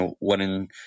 winning